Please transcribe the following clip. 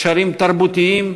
קשרים תרבותיים,